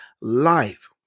life